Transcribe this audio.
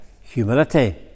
humility